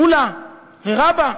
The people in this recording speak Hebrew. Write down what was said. עולא ורבה,